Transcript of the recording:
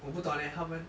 我不懂 leh 他们